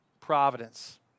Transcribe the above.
providence